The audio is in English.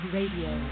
Radio